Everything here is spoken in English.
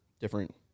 different